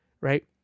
Right